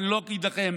ואני לא אגיד לכם,